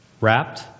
wrapped